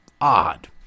odd